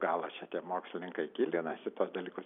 galo čia tie mokslininkai gilinas į tuos dalykus